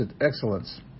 excellence